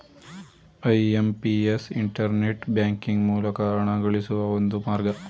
IMPS internet banking ಮೂಲಕ ಹಣಗಳಿಸುವ ಒಂದು ಮಾರ್ಗ